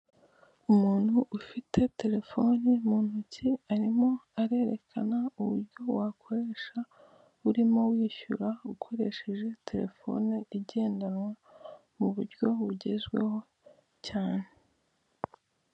Umuntu ufite terefoni mu ntoki arimo arerekana uburyo wakoresha urimo wishyura ukoresheje terefone igendanwa mu buryo bugezweho cyane.